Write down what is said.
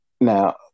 Now